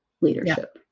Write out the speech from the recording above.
leadership